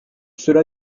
cela